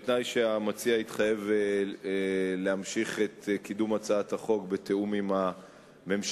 בתנאי שהמציע יתחייב להמשיך את קידום הצעת החוק בתיאום עם הממשלה.